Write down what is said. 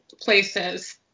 places